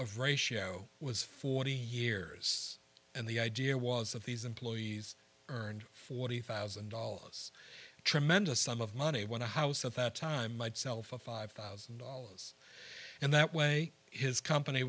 of ratio was forty years and the idea was that these employees earned forty thousand dollars tremendous sum of money when a house at that time might sell for five one thousand dollars and that way his company